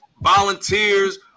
volunteers